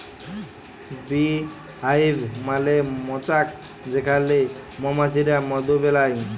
bee hive মালে মচাক যেখালে মমাছিরা মধু বেলায়